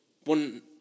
one